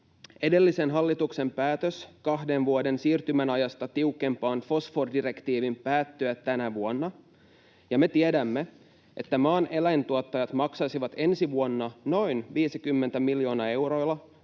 Edellisen hallituksen päätös kahden vuoden siirtymäajasta tiukempaan fosforidirektiiviin päättyy tänä vuonna, ja me tiedämme, että maan eläintuottajille maksaisi ensi vuonna noin 50 miljoonaa euroa,